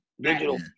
digital